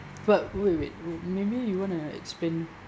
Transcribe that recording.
but wait wait maybe you want to explain